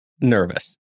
nervous